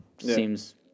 seems